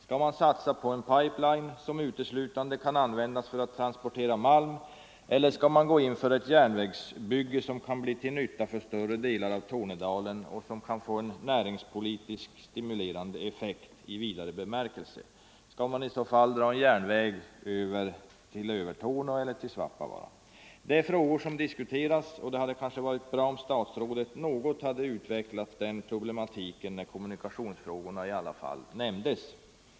Skall man satsa på en pipe-line, som uteslutande kan användas för att transportera malm, eller skall man gå in för ett järnvägsbygge som kan bli till nytta för större delar av Tornedalen och som kan få en näringspolitiskt stimulerande effekt i vidare bemärkelse? Skall man i så fall dra en järnväg över till Övertorneå eller till Svappavaara? Det är frågor som diskuteras, och det hade varit bra om statsrådet något hade utvecklat den problematiken när kommunikationsfrågorna i alla fall nämndes.